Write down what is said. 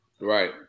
Right